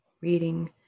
reading